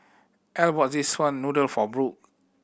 Erle bought this one noodle for Brooke